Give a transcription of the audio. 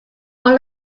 what